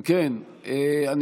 11, הוראת שעה), התש"ף 2020, נתקבל.